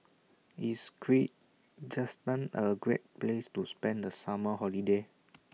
IS A Great Place to spend The Summer Holiday